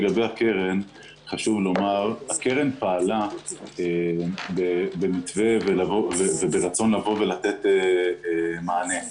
לגבי הקרן חשוב לומר: הקרן פעלה במתווה ורצון לתת מענה,